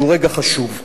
שהוא רגע חשוב.